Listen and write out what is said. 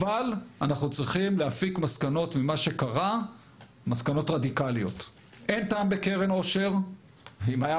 אבל אנחנו צריכים להפיק מסקנות רדיקליות ממה שקרה.